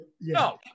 no